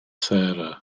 sarah